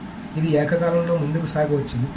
కాబట్టి ఇది ఏకకాలంలో ముందుకు సాగవచ్చు